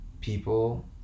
people